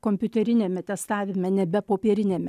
kompiuteriniame testavime nebe popieriniame